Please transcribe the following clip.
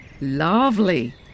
Lovely